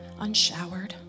unshowered